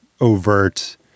overt